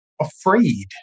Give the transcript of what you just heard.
afraid